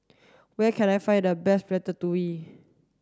where can I find the best Ratatouille